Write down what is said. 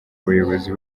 abayobozi